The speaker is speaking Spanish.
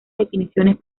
definiciones